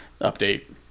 update